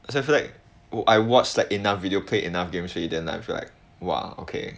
so I feel like I watched like enough video play enough games already then I feel like !wah! okay